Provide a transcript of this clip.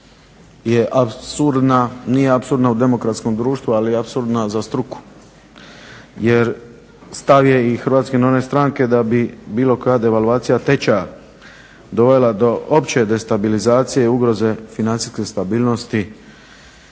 je apsurdna, nije apsurdna u demokratskom društvu, ali je apsurdna za struku. Jer stav je i Hrvatske narodne stranke da bi bilo koja devalvacija tečaja dovela do opće destabilizacije i ugroze financijske stabilnosti